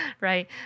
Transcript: Right